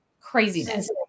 Craziness